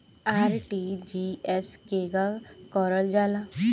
RTGS केगा करलऽ जाला?